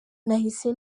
nahise